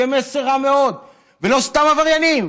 זה מסר רע מאוד, ולא סתם עבריינים